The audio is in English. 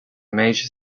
major